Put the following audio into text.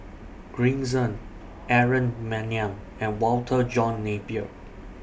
Green Zeng Aaron Maniam and Walter John Napier